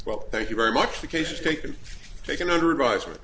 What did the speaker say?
well thank you very much the case taken taken under advisement